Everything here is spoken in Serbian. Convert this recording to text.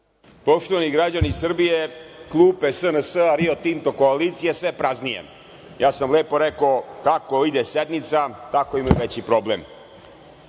Poštovani građani Srbije, klupe SNS-a, „Rio Tinto“ koalicije, sve praznije. Lepo sam rekao – kako ide sednica, tako imaju veći problem. Ali